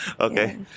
Okay